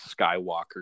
skywalker